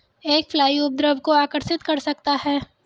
एक फ्लाई उपद्रव को आकर्षित कर सकता है?